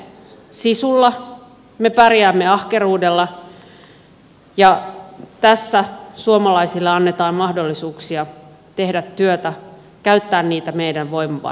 me pärjäämme sisulla me pärjäämme ahkeruudella ja tässä suomalaisille annetaan mahdollisuuksia tehdä työtä käyttää niitä meidän voimavarojamme